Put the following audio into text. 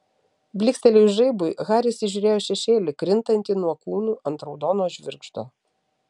blykstelėjus žaibui haris įžiūrėjo šešėlį krintantį nuo kūnų ant raudono žvirgždo